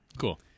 Cool